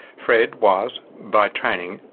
fred was, by training,